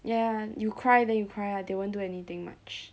ya you cry then you cry ah they won't do anything much